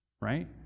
right